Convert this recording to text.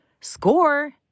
Score